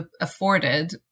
afforded